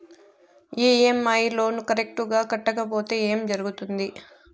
EMI loan correct గా కట్టకపోతే ఏం జరుగుతుంది